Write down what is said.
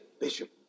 Bishop